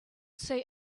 say